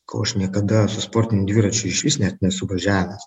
ko aš niekada su sportiniu dviračiu išvis net nesu važiavęs